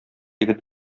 егет